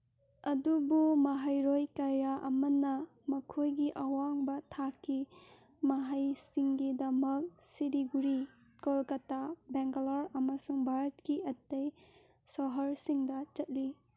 ꯑꯗꯨꯕꯨ ꯃꯍꯩꯔꯣꯏ ꯀꯌꯥ ꯑꯃꯅ ꯃꯈꯣꯏꯒꯤ ꯑꯋꯥꯡꯕ ꯊꯥꯛꯀꯤ ꯃꯍꯩꯁꯤꯡꯒꯤꯗꯃꯛ ꯁꯤꯜꯂꯤꯒꯨꯔꯤ ꯀꯣꯜꯀꯇꯥ ꯕꯦꯡꯒꯂꯣꯔ ꯑꯃꯁꯨꯡ ꯚꯥꯔꯠꯀꯤ ꯑꯇꯩ ꯁꯍꯔꯁꯤꯡꯗ ꯆꯠꯂꯤ